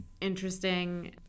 interesting